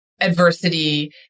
adversity